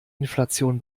inflation